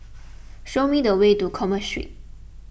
show me the way to Commerce Street